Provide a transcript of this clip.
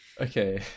Okay